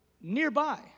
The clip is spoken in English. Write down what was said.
Nearby